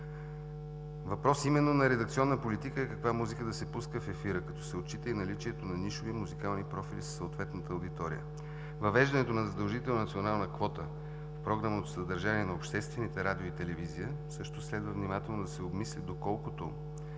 Въпрос именно на редакционна политика е каква музика да се пуска в ефира, като се отчита и наличието на нишови музикални профили със съответната аудитория. Въвеждането на задължителна национална квота в програмното съдържание на обществените радио- и телевизия, също следва внимателно да се обмисли, доколкото